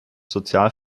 sozial